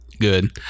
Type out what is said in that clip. good